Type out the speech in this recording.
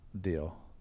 deal